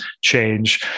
change